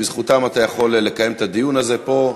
רק תזכור שבזכותם אתה יכול לקיים את הדיון הזה פה,